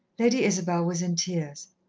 lady isabel was in tears.